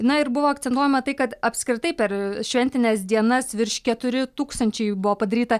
na ir buvo akcentuojama tai kad apskritai per šventines dienas virš keturi tūkstančiai buvo padaryta